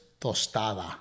tostada